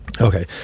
okay